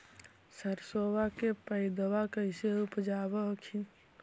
सरसोबा के पायदबा कैसे उपजाब हखिन?